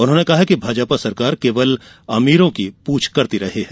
उन्होंने कहा कि भाजपा सरकार केवल अमीरों की पूछ किया करती है